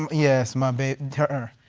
yes, my baby. to her.